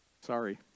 Sorry